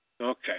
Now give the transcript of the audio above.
okay